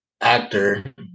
actor